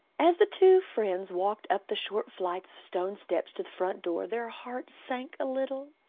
as the two friends walked up the short flight of stone steps to the front door, their hearts sank a little.